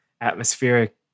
atmospheric